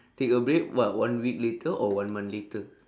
take a break what one week later or one month later